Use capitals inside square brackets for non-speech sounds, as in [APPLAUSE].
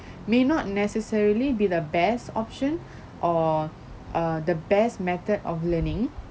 may not necessarily be the best option [BREATH] or uh the best method of learning